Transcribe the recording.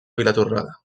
vilatorrada